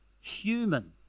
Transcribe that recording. human